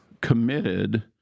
committed